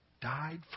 died